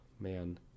Man